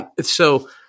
So-